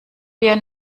wir